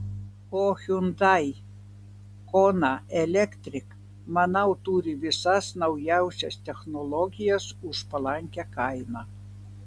o hyundai kona electric manau turi visas naujausias technologijas už palankią kainą